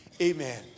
Amen